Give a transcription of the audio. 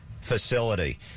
facility